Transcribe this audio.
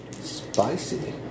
Spicy